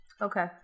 Okay